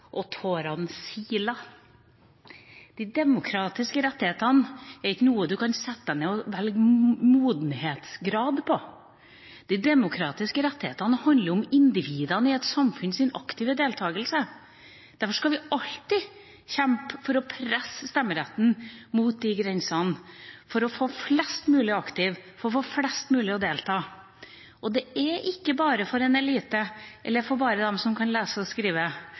og tårene silte. De demokratiske rettighetene er ikke noe man kan sette seg ned og velge modenhetsgrad for. De demokratiske rettighetene handler om individenes aktive deltakelse i et samfunn. Derfor skal vi alltid kjempe for å presse stemmerettsgrensen – for å få flest mulig aktive, for å få flest mulig til å delta. Det er ikke bare for en elite eller for dem som kan lese og skrive,